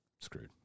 screwed